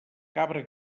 cabra